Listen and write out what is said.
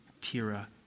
Tira